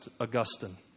Augustine